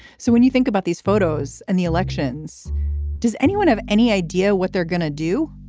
so when you think about these photos and the elections does anyone have any idea what they're going to do.